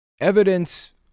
evidence